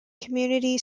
community